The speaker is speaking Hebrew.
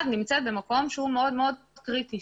נמצאת במקום שהוא מאוד מאוד קריטי,